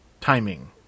Timing